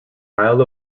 isle